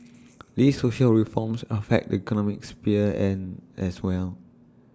these social reforms affect economic sphere and as well